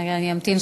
רגע, אני אמתין.